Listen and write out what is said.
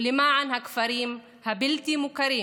ולמען הכפרים הבלתי-מוכרים,